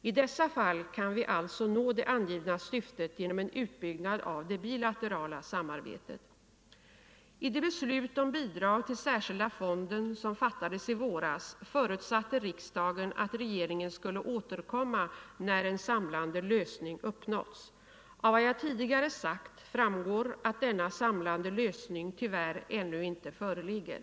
I dessa fall kan vi alltså nå det angivna syftet genom en utbyggnad av det bilaterala samarbetet. I det beslut om bidrag till den särskilda fonden som fattades i våras förutsatte riksdagen att regeringen skulle återkomma när en samlande lösning uppnåtts. Av vad jag tidigare sagt framgår att denna samlande lösning tyvärr ännu inte föreligger.